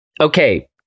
Okay